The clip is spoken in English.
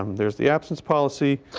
um there's the absence policy.